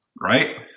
Right